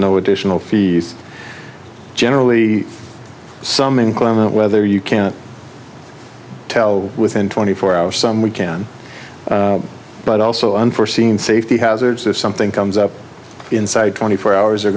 no additional fees generally some inclement weather you can tell within twenty four hours some we can but also unforeseen safety hazards if something comes up inside twenty four hours